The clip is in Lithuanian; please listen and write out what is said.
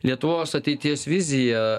lietuvos ateities viziją